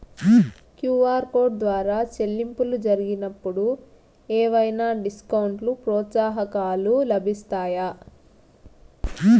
QR code ద్వారా చెల్లింపులు జరిగినప్పుడు ఏవైనా డిస్కౌంట్ లు, ప్రోత్సాహకాలు లభిస్తాయా?